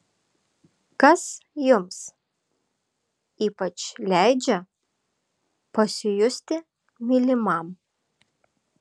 kas jums ypač leidžia pasijusti mylimam